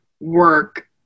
work